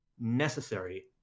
necessary